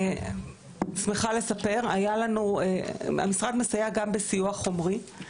אני שמחה לספר שהיה לנו --- המשרד מסייע גם בסיוע חומרי,